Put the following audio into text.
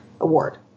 award